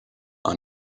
are